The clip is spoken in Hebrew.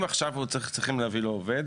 אם עכשיו צריכים להביא לו עובד,